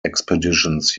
expeditions